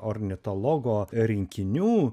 ornitologo rinkinių